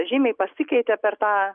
žymiai pasikeitė per tą